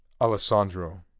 Alessandro